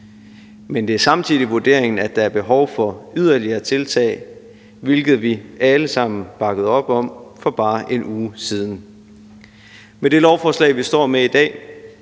Men det er samtidig vurderingen, at der er behov for yderligere tiltag, hvilket vi alle sammen bakkede op om for bare en uge siden. For det første foreslås det med